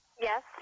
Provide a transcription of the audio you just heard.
Yes